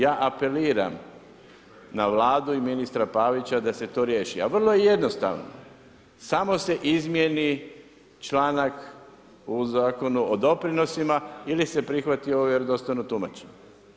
Ja apeliram na Vladu i ministra Pavića da se to riješi, a vrlo je jednostavno, samo se izmijeni članak u Zakonu o doprinosima ili se prihvati ovo vjerodostojno tumačenje.